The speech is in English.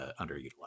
underutilized